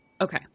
Okay